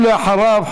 ואחריו,